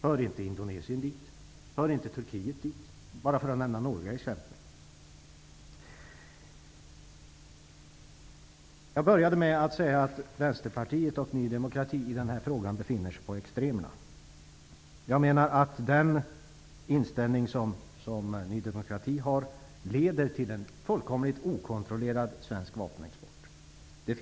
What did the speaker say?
Hör inte Indonesien och Turkiet dit, för att nämna några exempel? Jag började med att säga att Vänsterpartiet och Ny demokrati är extremer i den här frågan. Ny demokratis inställning leder till en fullkomligt okontrollerad svensk vapenexport.